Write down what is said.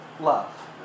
Love